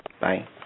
Bye